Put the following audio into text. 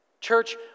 Church